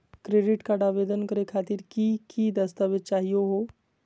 Credit card आवेदन करे खातिर की की दस्तावेज चाहीयो हो?